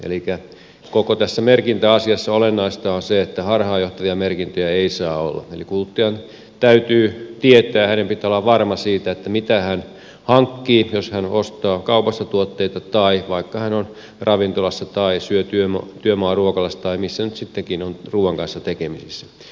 elikkä koko tässä merkintäasiassa olennaista on se että harhaanjohtavia merkintöjä ei saa olla eli kuluttajan täytyy tietää hänen pitää olla varma siitä mitä hän hankkii jos hän ostaa kaupasta tuotteita tai vaikka hän on ravintolassa tai syö työmaaruokalassa tai missä nyt sitten onkin ruuan kanssa tekemisissä